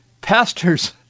pastors